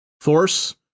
force